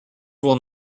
will